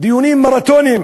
דיונים מרתוניים